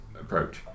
approach